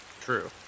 True